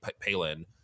Palin